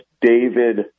David